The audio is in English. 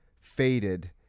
faded